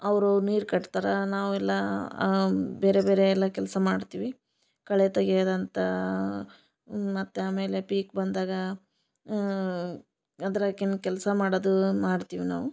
ಅವರು ನೀರು ಕಟ್ತಾರಾ ನಾವೆಲ್ಲಾ ಬೇರೆ ಬೇರೆ ಎಲ್ಲ ಕೆಲಸ ಮಾಡ್ತೀವಿ ಕಳೆ ತೆಗೆಯದಂತಾ ಮತ್ತು ಆಮೇಲೆ ಪೀಕ್ ಬಂದಾಗ ಅದ್ರಕಿನ ಕೆಲಸ ಮಾಡದೂ ಮಾಡ್ತಿವಿ ನಾವು